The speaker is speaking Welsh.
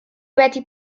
wedi